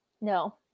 no